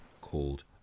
called